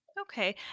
Okay